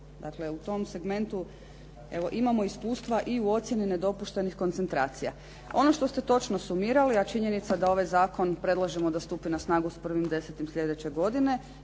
Dakle, u tom segmentu evo, imamo iskustva i u ocjenu nedopuštenih koncentracija. Ono što ste točno sumirali, a činjenica da ovaj zakon predlažemo da stupi na snagu s 1.10. sljedeće godine